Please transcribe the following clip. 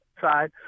side